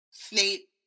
Snape